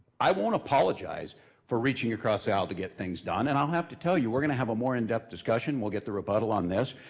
i won't apologize for reaching across the aisle to get things done. and i'll have to tell you, we're going to have a more in-depth discussion, we'll get the rebuttal on this,